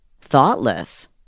thoughtless